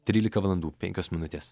trylika valandų penkios minutės